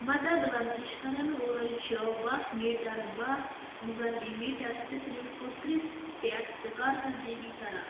مَدَد ورزِش کَرَن وٲلۍ چھِ بَہہ میٖٹَر بَہہ ضَربہِ میٖٹَر سِپرِنٛگ پوٚترِس پٮ۪ٹھ تہِ کارکَردٕگی کران